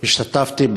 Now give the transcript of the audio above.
השתתפתי,